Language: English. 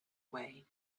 away